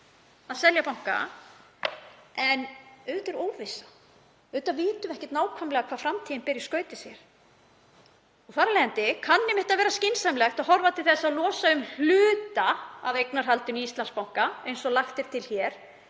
að selja banka. Auðvitað er óvissa, auðvitað vitum við ekki nákvæmlega hvað framtíðin ber í skauti sér. Þar af leiðandi kann einmitt að vera skynsamlegt að horfa til þess að losa um hluta af eignarhaldinu á Íslandsbanka, einhvers staðar